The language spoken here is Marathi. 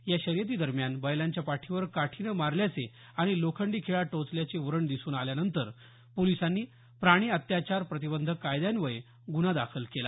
या शर्यतीदरम्यान बैलांच्या पाठीवर काठीने मारल्याचे आणि लोखंडी खिळा टोचल्याचे व्रण दिसून आल्यानंतर पोलिसांनी प्राणी अत्याचार प्रतिबंधक कायद्यान्वये गुन्हा दाखल केला